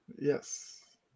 Yes